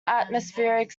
atmospheric